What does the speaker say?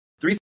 Three